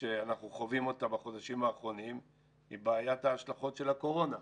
שאנחנו חווים אותה בחודשים האחרונים היא בעיית ההשלכות של הקורונה.